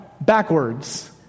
backwards